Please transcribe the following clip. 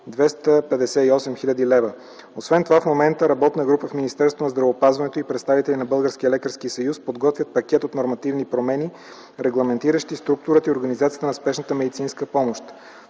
258 хил. лв. Освен това, в момента работна група в Министерството на здравеопазването и представители на Българския лекарски съюз подготвят пакет от нормативни промени, регламентиращи структурата и организацията на Спешната медицинска помощ.